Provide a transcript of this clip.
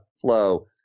flow